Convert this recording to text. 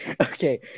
Okay